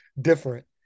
different